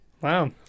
Wow